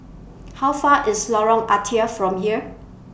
How Far IS Lorong Ah Thia from here